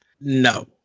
No